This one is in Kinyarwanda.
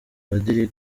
padiri